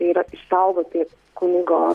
tai yra išsaugoti kunigo